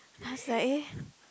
I was like eh